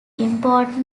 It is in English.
important